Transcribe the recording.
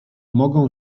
mogą